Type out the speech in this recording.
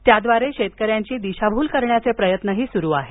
त्याद्वारे शेतकऱ्यांची दिशाभूल करण्याचे प्रयत्न सुरु आहेत